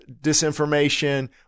disinformation